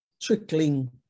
trickling